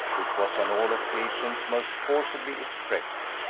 which was on all occasions most forcibly expressed,